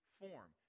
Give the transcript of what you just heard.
form